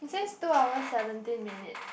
since two hours seventeen minutes